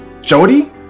Jody